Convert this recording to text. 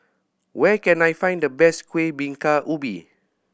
where can I find the best Kuih Bingka Ubi